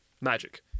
magic